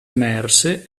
emerse